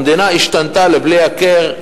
המדינה השתנתה לבלי הכר,